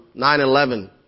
9-11